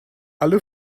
alle